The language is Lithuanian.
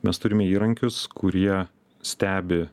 mes turime įrankius kurie stebi